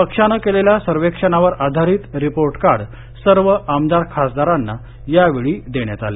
पक्षाने केलेल्या सर्वेक्षणावर आधारित रिपोर्टकार्ड सर्व आमदार खासदारांना यावेळी देण्यात आले